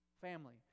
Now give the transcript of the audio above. family